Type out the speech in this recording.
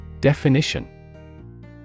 Definition